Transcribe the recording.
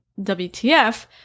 WTF